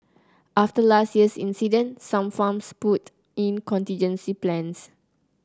after last year's incident some farms put in contingency plans